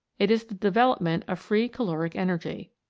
it is the development of free caloric energy.